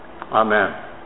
Amen